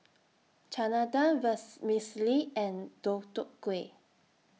Chana Dal Vermicelli and Deodeok Gui